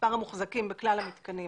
המוחזקים בכלל המתקנים